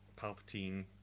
Palpatine